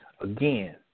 Again